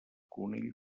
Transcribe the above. conill